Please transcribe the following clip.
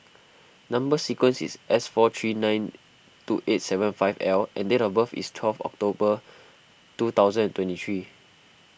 Number Sequence is S four three nine two eight seven five L and date of birth is twelve October two thousand and twenty three